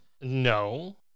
No